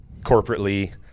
corporately